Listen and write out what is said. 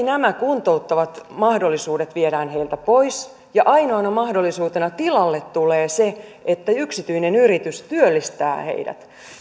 nämä kuntouttavat mahdollisuudet viedään heiltä pois ja ainoana mahdollisuutena tilalle tulee se että yksityinen yritys työllistää heidät